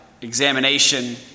examination